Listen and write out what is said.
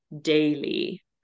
daily